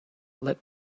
let